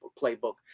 playbook